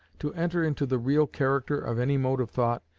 to enter into the real character of any mode of thought,